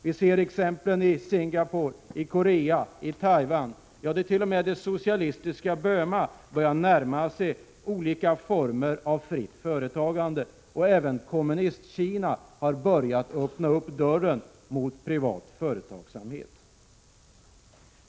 Vi ser exemplen i Singapore, Korea, Taiwan. T. o. m. det socialistiska Burma börjar närma sig olika former av fritt företagande, och även Kommunistkina har börjat öppna dörren mot privat företagsamhet.